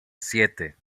siete